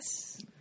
yes